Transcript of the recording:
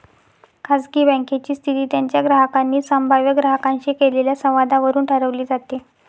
खाजगी बँकेची स्थिती त्यांच्या ग्राहकांनी संभाव्य ग्राहकांशी केलेल्या संवादावरून ठरवली जाते